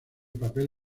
papel